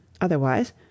Otherwise